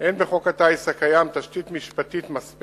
אין בחוק הטיס הקיים תשתית משפטית מספקת